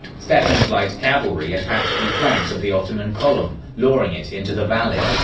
stephen's light cavalry attacked the flanks of the ottoman column, luring it into the valley.